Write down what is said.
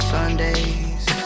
Sundays